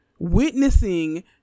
witnessing